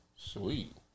Sweet